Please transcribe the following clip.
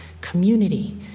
community